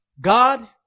God